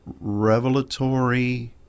revelatory